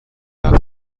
برای